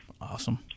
Awesome